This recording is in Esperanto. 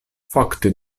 fakte